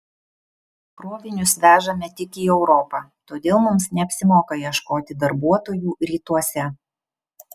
krovinius vežame tik į europą todėl mums neapsimoka ieškoti darbuotojų rytuose